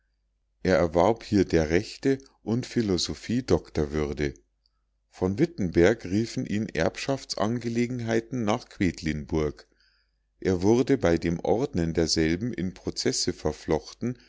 er erwarb hier der rechte und philosophie doktorwürde von wittenberg riefen ihn erbschaftsangelegenheiten nach quedlinburg er wurde bei dem ordnen derselben in prozesse verflochten